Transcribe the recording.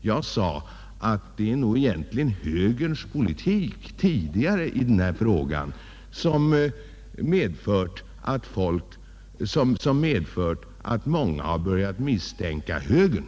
Jag sade att det nog egentligen är högerns politik tidigare i den här frågan som medfört att många har börjat misstänka högern.